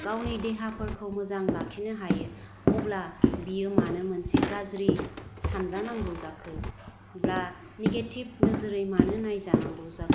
गावनि देहा फोरखौ मोजां लाखिनो हायो आब्ला बियो मानो मोनसे गाज्रि सानजानांगौ जाखो अब्ला निगेटिभ नोजोरै मानो नायजानांगौ जाखो